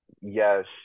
yes